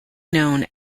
known